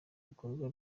bikorwa